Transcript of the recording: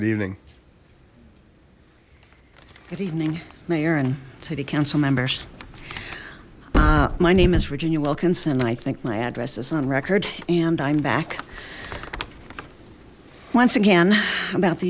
good evening mayor and city council members uh my name is virginia wilkinson i think my address is on record and i'm back once again about the